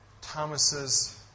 Thomas's